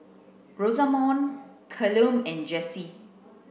Rosamond Callum and Jessi